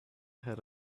had